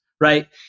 right